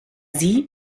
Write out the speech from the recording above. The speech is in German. sie